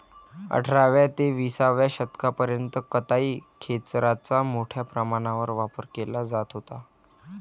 अठराव्या ते विसाव्या शतकापर्यंत कताई खेचराचा मोठ्या प्रमाणावर वापर केला जात होता